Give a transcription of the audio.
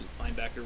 linebacker